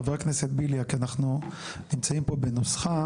חה"כ בליאק, אנחנו נמצאים פה בנוסחה